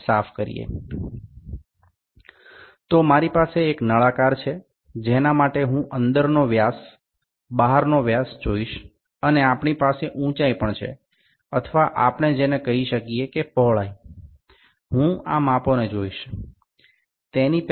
সুতরাং এখন আমার কাছে এই সিলিন্ডারটি রয়েছে যার আমি অভ্যন্তরীণ ব্যাস বাহ্যিক ব্যাস দেখতে চাই এবং এছাড়াও আমাদের উচ্চতা বা আমি এটির প্রস্থটি বলতে পারি আমি এই পরিমাপ গুলি দেখতে চাই